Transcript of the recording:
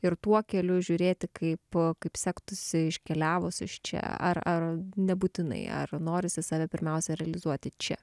ir tuo keliu žiūrėti kaip kaip sektųsi iškeliavus iš čia ar ar nebūtinai ar norisi save pirmiausia realizuoti čia